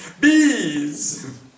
Bees